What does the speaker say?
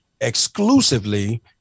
exclusively